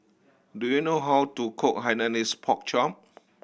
do you know how to cook Hainanese Pork Chop